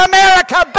America